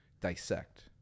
dissect